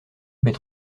mais